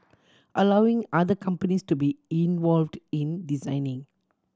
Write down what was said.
allowing other companies to be involved in designing